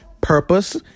purpose